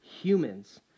humans